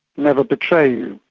never betray you.